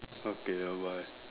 okay bye bye